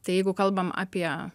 tai jeigu kalbam apie